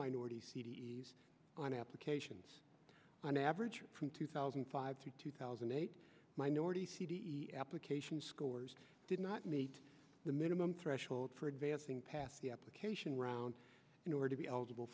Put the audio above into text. minority c d s on applications on average from two thousand and five to two thousand and eight minority c d e application scores did not meet the minimum threshold for advancing past the application round in order to be eligible